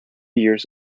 years